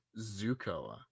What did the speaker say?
Zukoa